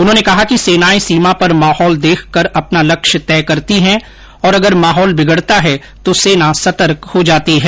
उन्होंने कहा कि सेनाएं सीमा पर माहौल देखकर अपना लक्ष्य तय करती हैं अगर माहौल बिगड़ता है तो सेना सतर्क हो जाती है